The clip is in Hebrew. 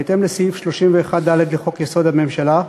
בהתאם לסעיף 31(ד) לחוק-יסוד: הממשלה,